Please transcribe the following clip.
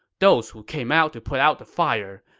those who came out to put out the fire,